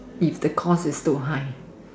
if the course is too high